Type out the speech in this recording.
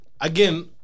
again